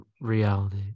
reality